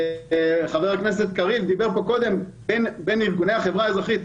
חבר הכנסת קריב דיבר קודם על ארגוני החברה האזרחית.